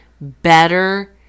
better